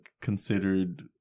considered